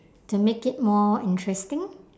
to make it more interesting